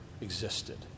existed